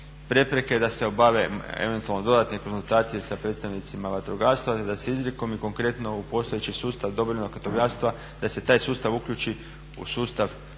prepreke da se obave eventualno dodatne konzultacije sa predstavnicima vatrogastva i da se izrijekom i konkretno u postojeći sustav dobrovoljnog vatrogastva da se taj sustav uključi u sustav civilne